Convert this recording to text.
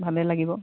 ভালেই লাগিব